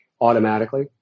automatically